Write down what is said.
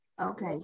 okay